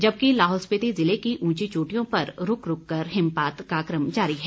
जबकि लाहौल स्पीति जिले की ऊची चोटियों पर रूक रूककर हिमपात का कम जारी है